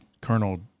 Colonel